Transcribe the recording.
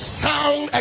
sound